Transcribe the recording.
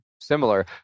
similar